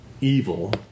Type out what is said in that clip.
Evil